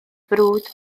brwd